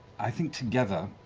i think together,